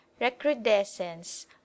recrudescence